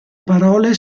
parole